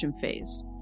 phase